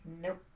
Nope